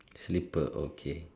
slipper okay